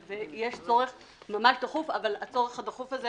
ויש צורך ממש דחוף, אבל הצורך הדחוף הזה